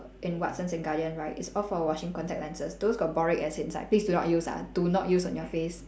in watsons and guardian right it's all for washing contact lenses those got boric acid inside please do not use ah do not use on your face